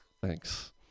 thanks